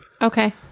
Okay